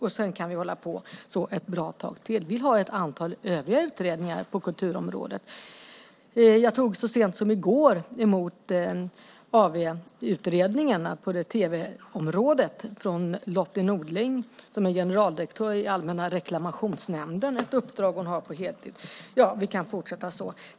Vi kan hålla på så ett bra tag till. Vi har ett antal övriga utredningar på kulturområdet. Jag tog så sent som i går emot en av utredningarna på tv-området av Lotty Nordling, som är generaldirektör i Allmänna reklamationsnämnden, som är ett uppdrag hon har på heltid. Vi kan fortsätta så.